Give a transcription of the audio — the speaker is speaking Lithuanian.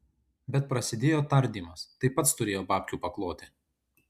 bet prasidėjo tardymas tai pats turėjo babkių pakloti